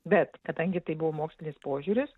bet kadangi tai buvo mokslinis požiūris